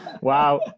wow